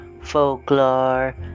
folklore